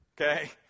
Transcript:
Okay